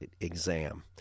exam